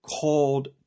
called